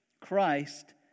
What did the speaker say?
Christ